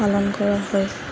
পালন কৰা হয়